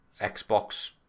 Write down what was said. xbox